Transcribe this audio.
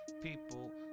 People